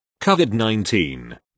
COVID-19